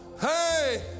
hey